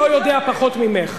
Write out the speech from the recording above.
יודע שאתה מרשה לעצמך.